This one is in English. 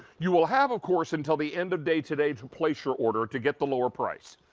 you will have of course until the end of day to day to place your order to get the lower price.